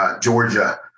Georgia